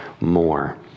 more